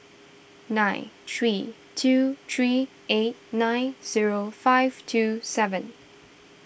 nine three two three eight nine zero five two seven